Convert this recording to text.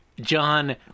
John